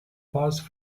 paused